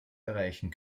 erreichen